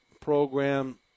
program